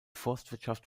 forstwirtschaft